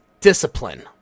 discipline